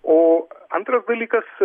o antras dalykas